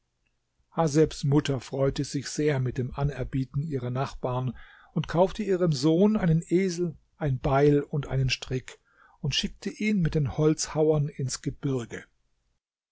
hasebs mutter freute sich sehr mit dem anerbieten ihrer nachbarn und kaufte ihrem sohn einen esel ein beil und einen strick und schickte ihn mit den holzhauern ins gebirge